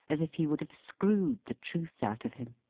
as if he would have screwed the truth out of him.